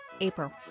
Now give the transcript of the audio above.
April